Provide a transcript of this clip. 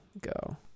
go